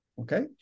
Okay